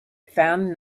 found